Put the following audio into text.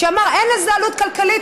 שאמר: אין לזה עלות כלכלית,